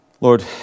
Lord